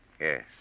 Yes